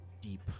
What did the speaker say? deep